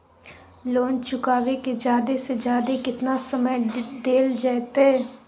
Loan चुकाबे के जादे से जादे केतना समय डेल जयते?